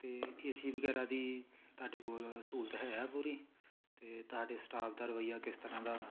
ਅਤੇ A C ਵਗੈਰਾ ਦੀ ਤੁਹਾਡੇ ਕੋਲ ਸਹੂਲਤ ਹੈ ਪੂਰੀ ਅਤੇ ਤੁਹਾਡੇ ਸਟਾਫ ਦਾ ਰਵੱਈਆ ਕਿਸ ਤਰ੍ਹਾਂ ਦਾ ਵਾ